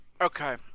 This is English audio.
Okay